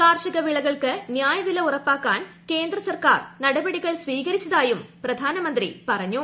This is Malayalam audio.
കാർഷിക വിളകൾക്ക് നൃായവില ഉറപ്പാക്കാൻ കേന്ദ്ര സർക്കാർ നടപടികൾ സ്വീകരിച്ചതായും പ്രധാനമന്ത്രി പറഞ്ഞു